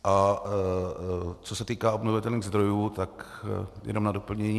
A co se týká obnovitelných zdrojů, tak jenom na doplnění.